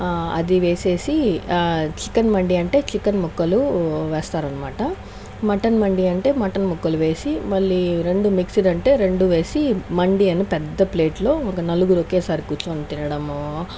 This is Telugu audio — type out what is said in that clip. అది వేసేసి చికెన్ మండి చికెన్ అంటే చికెన్ ముక్కలు వేస్తారన్నమాట మటన్ మండి అంటే మటన్ ముక్కలు వేసి మళ్ళీ రెండు మిక్సీ అంటే రెండు మిక్స్ చేసి మండి అని పెద్ద ప్లేట్లో ఒక నలుగురు ఒకేసారి కూర్చొని తినడం